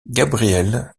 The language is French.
gabriel